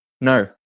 No